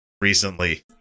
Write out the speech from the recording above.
recently